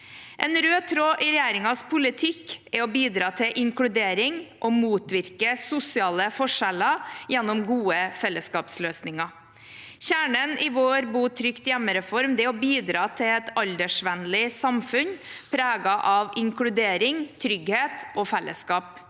En rød tråd i regjeringens politikk er å bidra til inkludering og motvirke sosiale forskjeller gjennom gode fellesskapsløsninger. Kjernen i vår bo trygt hjemme-reform er å bidra til et aldersvennlig samfunn preget av inkludering, trygghet og fellesskap.